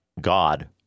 God